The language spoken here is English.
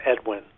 Edwin